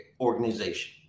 organization